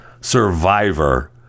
survivor